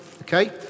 okay